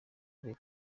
bwe